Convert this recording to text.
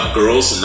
girls